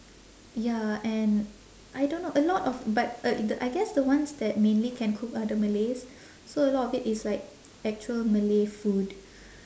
ya and I don't know a lot of but uh I guess the ones that mainly can cook are the malays so a lot of it is like actual malay food